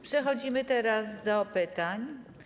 Przechodzimy teraz do pytań.